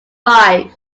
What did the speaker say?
five